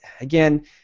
again